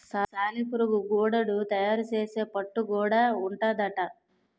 సాలెపురుగు గూడడు తయారు సేసే పట్టు గూడా ఉంటాదట